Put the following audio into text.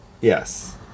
Yes